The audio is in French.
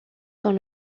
dans